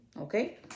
Okay